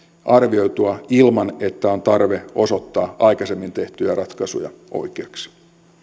arvioitua ilman että on tarve osoittaa aikaisemmin tehtyjä ratkaisuja oikeiksi